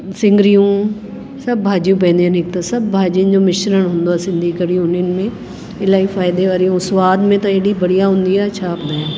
सिङरियूं सभु भाॼियूं पवंदियूं आहिनि हिक त सभु भाॼियुनि जो मिश्रण हूंदो आहे सिंधी कढ़ी उन्हनि में इलाही फ़ाइदे वारियूं स्वादु में त हेॾी बढ़िया हूंदी आहे छा ॿुधायां